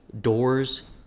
doors